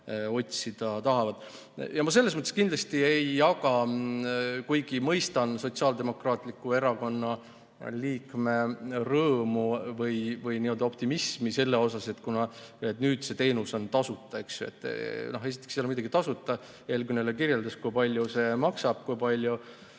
Ma selles mõttes kindlasti ei jaga, kuigi mõistan Sotsiaaldemokraatliku Erakonna liikme rõõmu või optimismi selle suhtes, et nüüd see teenus on tasuta. Esiteks ei ole midagi tasuta – eelkõneleja kirjeldas, kui palju see maksab. Sel